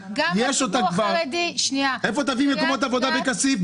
יש ------ איפה תביאי מקומות עבודה בכסיף?